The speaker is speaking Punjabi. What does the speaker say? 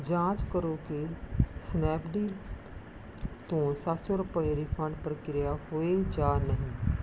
ਜਾਂਚ ਕਰੋ ਕਿ ਸਨੈਪਡੀਲ ਤੋਂ ਸੱਤ ਸੌ ਰੁਪਏ ਰਿਫੰਡ ਪ੍ਰਕਿਰਿਆ ਹੋਏ ਜਾਂ ਨਹੀਂ